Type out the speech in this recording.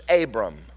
Abram